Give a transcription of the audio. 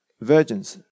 virgins